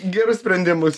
gerus sprendimus